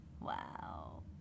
Wow